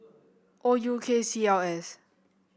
O U K C L S